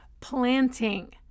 planting